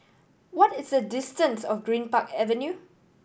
what is the distance of Greenpark Avenue